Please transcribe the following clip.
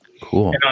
Cool